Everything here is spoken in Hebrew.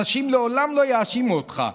אנשים לעולם לא יאשימו אותך,